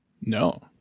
No